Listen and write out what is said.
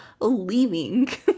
leaving